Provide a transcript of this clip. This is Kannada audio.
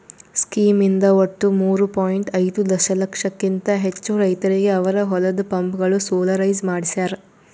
ಸ್ಕೀಮ್ ಇಂದ ಒಟ್ಟು ಮೂರೂ ಪಾಯಿಂಟ್ ಐದೂ ದಶಲಕ್ಷಕಿಂತ ಹೆಚ್ಚು ರೈತರಿಗೆ ಅವರ ಹೊಲದ ಪಂಪ್ಗಳು ಸೋಲಾರೈಸ್ ಮಾಡಿಸ್ಯಾರ್